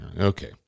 Okay